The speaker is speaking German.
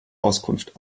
auskunft